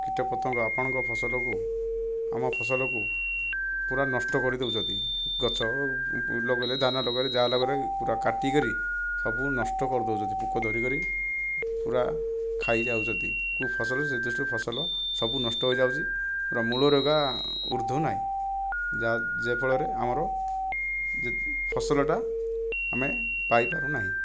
କୀଟପତଙ୍ଗ ଆପଣଙ୍କ ଫସଲକୁ ଆମ ଫସଲକୁ ପୁରା ନଷ୍ଟ କରିଦେଉଛନ୍ତି ଗଛ ଲଗେଇଲେ ଦାନା ଲଗେଇଲେ ଯାହା ଲଗେଇଲେ ପୁରା କାଟି କରି ସବୁ ନଷ୍ଟ କରିଦେଉଛନ୍ତି ପୋକ ଧରିକରି ପୁରା ଖାଇ ଯାଉଛନ୍ତି କେଉଁ ଫସଲ ସେ ଦୃଷ୍ଟିରୁ ଫସଲ ସବୁ ନଷ୍ଟ ହେଇଯାଉଛି ପୁରା ମୂଳରୁ ଏକା ଉର୍ଦ୍ଧୁ ନାହିଁ ଯା ଯେ ଫଳରେ ଆମର ଯେ ଫସଲଟା ଆମେ ପାଇ ପାରୁନାହିଁ